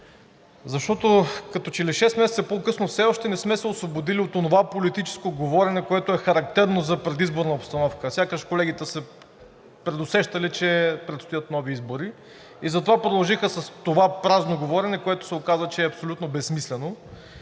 защото като че ли шест месеца по-късно все още не сме се освободили от онова политическо говорене, което е характерно за предизборна обстановка, а сякаш колегите са предусещали, че предстоят нови избори и затова продължиха с това празно говорене, което се оказа, че е абсолютно безсмислено.